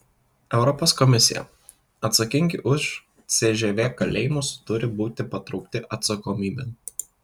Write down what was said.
europos komisija atsakingi už cžv kalėjimus turi būti patraukti atsakomybėn